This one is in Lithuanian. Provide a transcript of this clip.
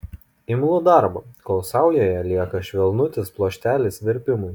imlu darbo kol saujoje lieka švelnutis pluoštelis verpimui